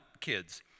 Kids